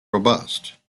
robust